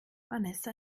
vanessa